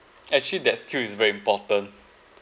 actually that skill is very important